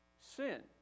sin